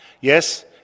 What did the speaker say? Yes